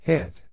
Hit